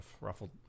ruffled